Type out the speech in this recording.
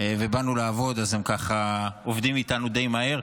ושבאנו לעבוד, הם ככה עובדים איתנו די מהר.